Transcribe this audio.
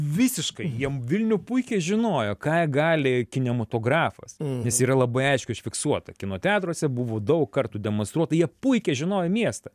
visiškai jiem vilnių puikiai žinojo ką gali kinematografas nes yra labai aiškios fiksuota kino teatruose buvo daug kartų demonstruota jie puikiai žinojo miestą